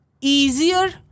easier